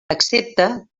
accepta